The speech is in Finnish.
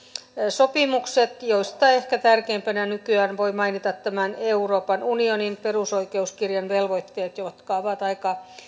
sopimukset joista ehkä tärkeimpänä nykyään voi mainita tämän euroopan unionin perusoikeuskirjan velvoitteet jotka ovat aika